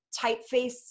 typeface